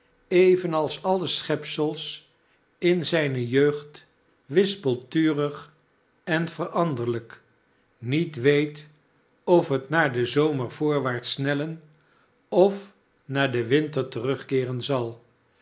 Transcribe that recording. evenals alle schepselen in zijne jeugd wispelturig en veranderlijk niet weet of het naar den zomer voorwaarts snellen of naar den winter terugkeeren zal